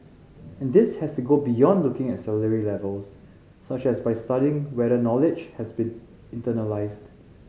and this has to go beyond looking at salary levels such as by studying whether knowledge has been internalised